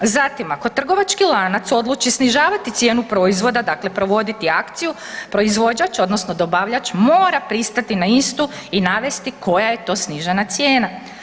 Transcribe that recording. Zatim, ako trgovački lanac odluči snižavati cijenu proizvoda, dakle provoditi akciju, proizvođač, odnosno dobavljač mora pristati na istu i navesti koja je to snižena cijena.